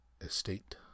estate